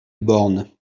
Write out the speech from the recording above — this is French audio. born